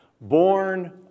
born